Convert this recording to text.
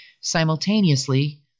Simultaneously